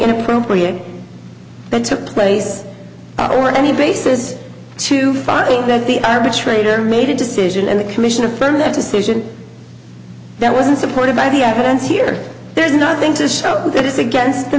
inappropriate that took place or any basis to finding that the arbitrator made a decision and the commission affirmed that decision that wasn't supported by the evidence here there's nothing to show that is against the